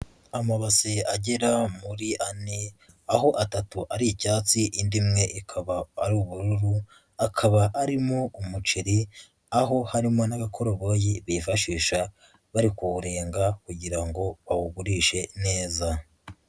Amabase agera muri ane, aho atatu ari icyatsi indi imwe ikaba ari ubururu, akaba arimo umuceri, aho harimo n'abakoroboyi bifashisha bari kuwurenga kugira ngo bawugurishe neza.